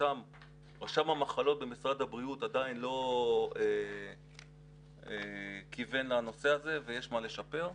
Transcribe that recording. רשם המחלות במשרד הבריאות עדיין לא כיוון לנושא הזה ויש מה לשפר.